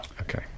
Okay